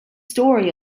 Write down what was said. story